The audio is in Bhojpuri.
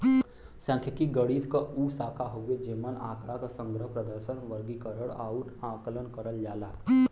सांख्यिकी गणित क उ शाखा हउवे जेमन आँकड़ा क संग्रहण, प्रदर्शन, वर्गीकरण आउर आकलन करल जाला